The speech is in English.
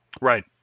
Right